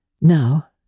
now